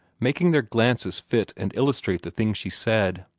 making their glances fit and illustrate the things she said.